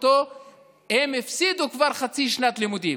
הם הפסידו כבר חצי שנת לימודים,